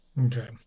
Okay